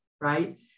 right